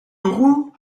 roux